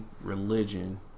religion